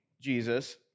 Jesus